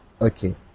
okay